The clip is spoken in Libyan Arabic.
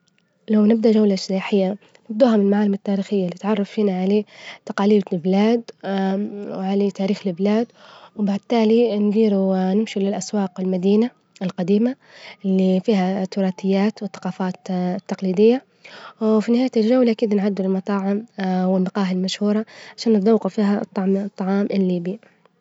لونبدأ جولة سياحية، نبدأها من معالم التاريخية إللي نتعرف فينا عليه تجاليد البلاد وعلى تاريخ البلاد وبالتالي نديروا نمشي للأسواج والمدينة الجديمة إللي فيها التراثيات والثجافات التجليدية، وفي نهاية الجولة كذا نعدوا المطاعم والمجاهي المشهورة عشان نتذوجوا فيها الطعام الليبي.